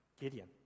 gideon